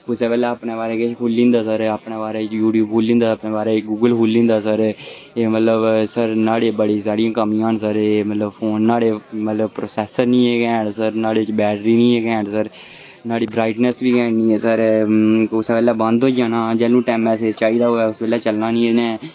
कुसै बैल्ले अपने बारै ई खु'ल्ली जंदा सर अपने बारै ई यूट्यूब खुल्ली जंदा गुगल खु'ल्ली जंदा सर एह् मलब न्हाड़ी बड़ी सारियां कमियां न एह् मतलब फोन न्हाड़े प्रोसेसर निं है'न सर न्हाड़े च बैटरी निं ऐ सर न्हाड़ी ब्राईटनेस बी इ'न्नी ऐ सर ते एह् बंद होई जाना जैलूं टैमें सिर चाहिदा होऐ उसलै चलना निं ऐ इ'न्ने